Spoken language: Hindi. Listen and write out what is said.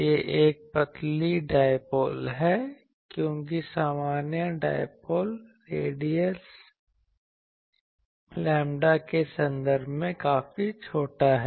यह एक पतली डायपोल है क्योंकि सामान्य डायपोल रेडियस लैम्ब्डा के संदर्भ में काफी छोटा है